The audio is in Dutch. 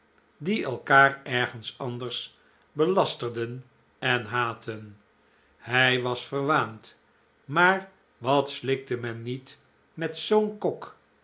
die elkaar ergens anders belasterden en haatten hij was verwaand maar wat slikte men niet met zoo'n kok